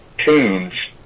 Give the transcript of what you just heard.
Tunes